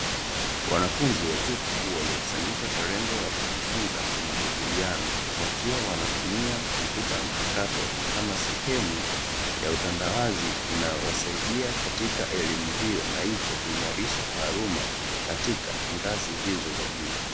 Wanafunzi wa chuo kikuu waliokusanyika kwa lengo la kujifunza kwa majadiliano wakiwa wanatumia kompyuta mpakato, kama sehemu ya utandawazi inayowasaidia katika elimu hiyo; na hivyo kuimarisha taaluma katika ngazi hizo za juu.